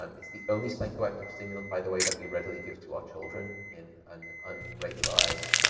um it's the only psychoactive stimulant, by the way, that we readily give to our children in and unregularized